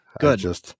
Good